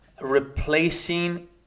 replacing